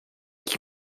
qui